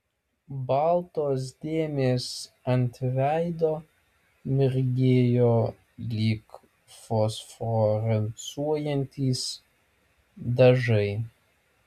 baltos dėmės ant veido mirgėjo lyg fosforescuojantys dažai